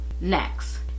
Next